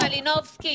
חברת הכנסת מלינובסקי,